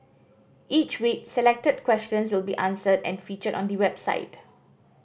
each week selected questions will be answered and featured on the website